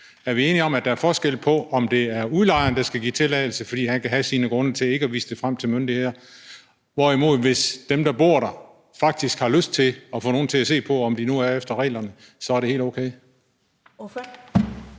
Er vi enige om, at der er forskel på, om det er udlejeren, der skal give tilladelse, fordi han kan have sine grunde til ikke at vise det frem for myndighederne, eller om det er dem, der bor der, som faktisk har lyst til at få nogen til at se på, om lejligheden nu er efter reglerne, og så er det helt okay?